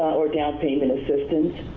or down payment assistance